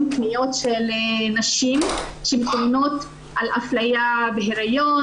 פניות של נשים שמתלוננות על אפליה בהיריון,